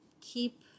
keep